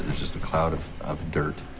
just a cloud of of dirt,